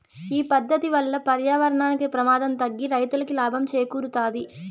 ఈ పద్దతి వల్ల పర్యావరణానికి ప్రమాదం తగ్గి రైతులకి లాభం చేకూరుతాది